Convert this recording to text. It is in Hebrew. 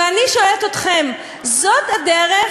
ואני שואלת אתכם, זאת הדרך?